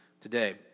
today